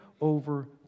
over